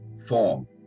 form